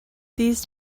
these